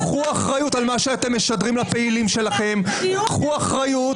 קחו אחריות על מה שאתם משדרים לפעילים שלכם ------- קחו אחריות.